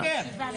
אסור לשקר בוועדה.